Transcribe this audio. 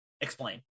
Explain